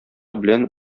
белән